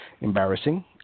Embarrassing